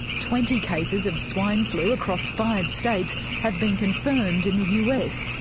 twenty cases of swine flu across five states have been confirmed in the us,